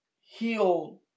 heal